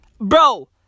Bro